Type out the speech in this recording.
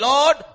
Lord